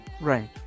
right